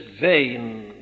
vain